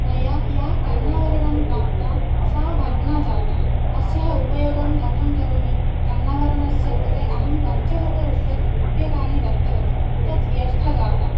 मया या कर्णाभरणं प्राप्ता सा भग्ना जाता अस्याः उपयोगं कथं करोमि कर्णाभरणस्य कृते अहं पञ्चशत रूप्यकाणि दत्तवती तद् व्यर्था जाता